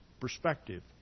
perspective